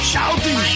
Shouting